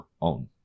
own